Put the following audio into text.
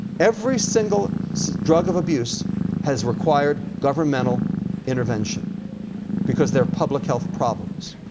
every single drug of abuse has required governmental intervention because they're public health problems.